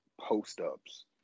post-ups